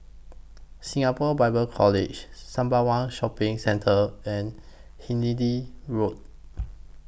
Singapore Bible College Sembawang Shopping Centre and Hindhede Road